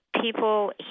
People